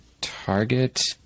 Target